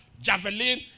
javelin